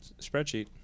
spreadsheet